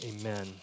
amen